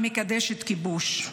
המקדשת כיבוש.